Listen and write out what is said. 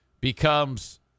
becomes